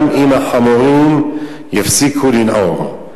גם אם החמורים יפסיקו לנעור,